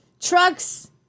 trucks